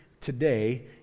today